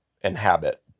inhabit